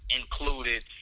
included